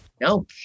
no